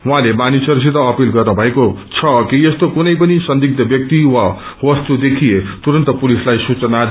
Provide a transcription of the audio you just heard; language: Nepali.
उझैंले मानिसहरूसित अपील गर्नुभएको छ कि यस्तो कुनै पनि संदिग्य व्यक्ति वा वस्तु देखिए तुरन्त पुलिसलाई सूचना विजन्